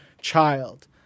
child